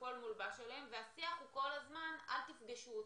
הכול מולבש עליהם והשיח הוא כל הזמן "אל תפגשו אותם".